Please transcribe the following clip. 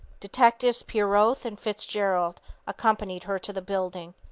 detectives pieroth and fitzgerald accompanied her to the building.